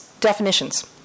definitions